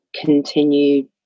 continued